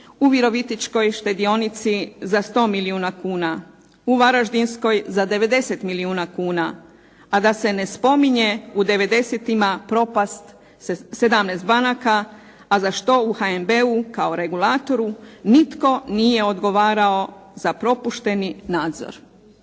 u virovitičkoj štedionici za 100 milijuna kuna, u varaždinskoj za 90 milijuna kuna, a da se ne spominje u '90.-tima propast 17 banaka, a za što u HNB-u kao regulatoru nitko nije odgovarao za propušteni nadzor.